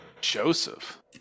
Joseph